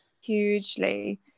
hugely